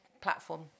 platform